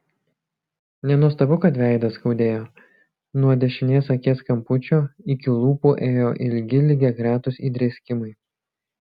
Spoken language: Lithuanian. nenuostabu kad veidą skaudėjo nuo dešinės akies kampučio iki lūpų ėjo ilgi lygiagretūs įdrėskimai